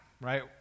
right